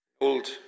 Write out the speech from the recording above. old